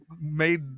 made